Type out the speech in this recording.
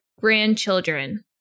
Grandchildren